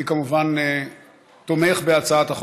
ג'מאל זחאלקה,